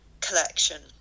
collection